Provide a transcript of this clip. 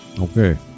Okay